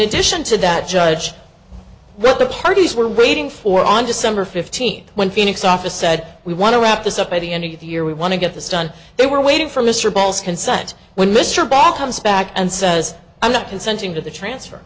addition to that judge what the parties were waiting for on december fifteenth when phoenix office said we want to wrap this up by the end of the year we want to get this done they were waiting for mr bowles consent when mr ball comes back and says i'm not consenting to the transfer